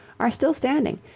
are still standing,